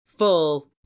full